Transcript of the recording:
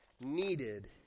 needed